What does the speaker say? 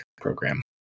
program